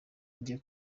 njye